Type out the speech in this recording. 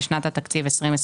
לשנת התקציב 22'